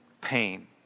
pain